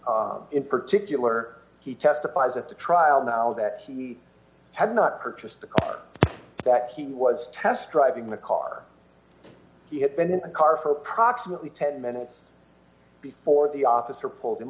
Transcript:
hearing in particular he testifies at the trial now that he had not purchased that he was test driving the car he had been in the car for approximately ten minutes before the officer pulled him